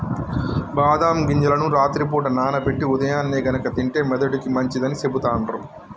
బాదం గింజలను రాత్రి పూట నానబెట్టి ఉదయాన్నే గనుక తింటే మెదడుకి మంచిదని సెపుతుండ్రు